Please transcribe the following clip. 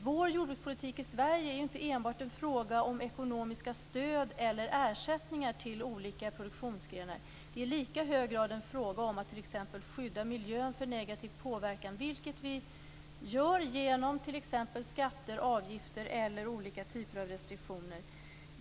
Vår jordbrukspolitik i Sverige är inte enbart en fråga om ekonomiska stöd eller ersättningar till olika produktionsgrenar, det är i lika hög grad en fråga om att t.ex. skydda miljön mot negativ påverkan, vilket vi gör genom t.ex. skatter, avgifter eller olika typer av restriktioner.